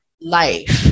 Life